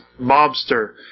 mobster